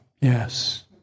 Yes